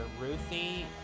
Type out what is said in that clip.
Ruthie